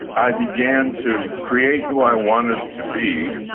i began to create who i wanted to be,